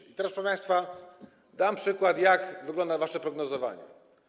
I teraz, proszę państwa, dam przykład, jak wygląda wasze prognozowanie.